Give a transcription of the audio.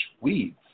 weeds